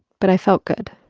but i felt good.